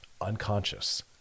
unconscious